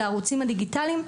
לערוצים הדיגיטליים,